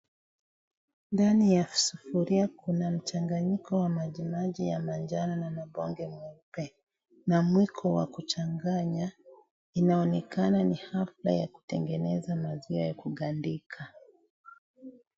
Ndani ya sufuria kuna mchanganyiko wa maji maji ya manjano na mabonge meupe na mwiko wa kuchanganya. Inaonekana ni hafla ya kutengeneza maziwa ya kugandika.